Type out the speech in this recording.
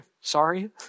sorry